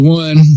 one